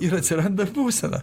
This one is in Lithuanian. ir atsiranda būsena